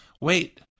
Wait